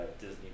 disney